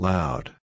Loud